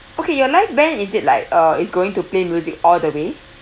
okay your live band is it like uh is going to play music all the way